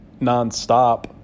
nonstop